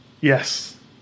Yes